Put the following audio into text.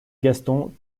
gaston